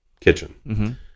kitchen